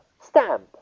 stamp